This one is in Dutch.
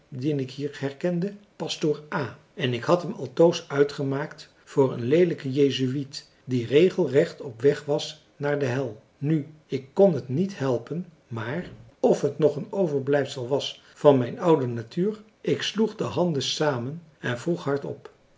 dien ik hier herkende pastoor a en ik had hem altoos uitgemaakt voor een leelijken jezuïet die regelrecht op weg was naar de hel nu ik kon het niet helpen maar of het nog een overblijfsel was van mijn oude natuur ik sloeg de handen samen en vroeg hardop